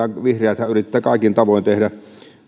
vihreäthän yrittävät kaikin tavoin tehdä